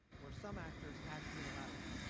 where some actors act unilaterally.